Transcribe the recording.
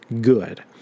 good